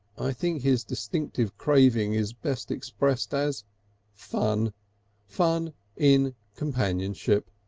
i think his distinctive craving is best expressed as fun fun in companionship.